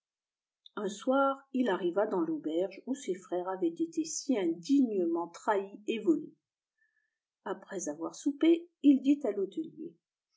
un soir il arriva dans l'auberge où ses frères avaient été si indignement trahis et volés après avoir soupe il dit à l'hôtelier